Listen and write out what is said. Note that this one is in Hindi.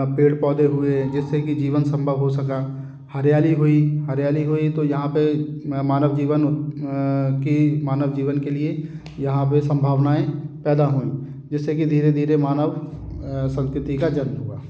पेड़ पौधे हुए जिससे कि जीवन संभव हो सका हरियाली हुई हरियाली हुई तो यहाँ पर मानव जीवन की मानव जीवन के लिए यहाँ पर संभावनाऍं पैदा हुईं जिससे कि धीरे धीरे मानव संस्कृति का जन्म हुआ